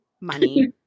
money